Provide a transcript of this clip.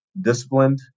Disciplined